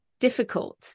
Difficult